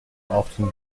often